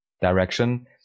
direction